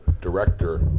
director